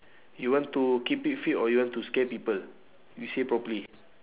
you want to keep it fit or you want to scare people you say properly